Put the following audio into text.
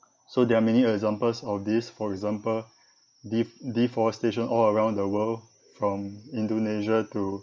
so there are many examples of these for example de~ deforestation all around the world from indonesia to